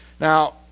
Now